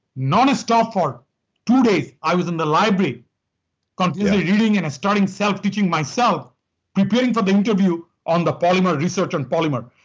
non-stop for two days i was in the library constantly reading and started teaching myself preparing for the interview on the polymer research on polymer.